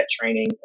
training